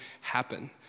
happen